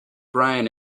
brian